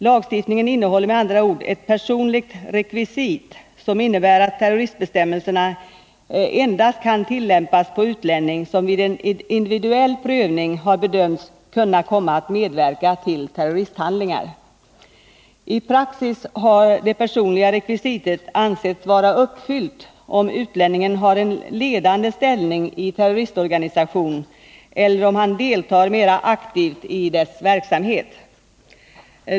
Lagstiftningen innehåller med andra ord ett personligt rekvisit som innebär att terroristbestämmelserna endast kan tillämpas på utlänning som vid en individuell prövning har bedömts kunna komma att medverka till terroristhandlingar. I praxis har det personliga rekvisitet ansetts vara uppfyllt om utlänningen har en ledande ställning i terroristorganisation eller om han deltar mera aktivt i dess verksamhet.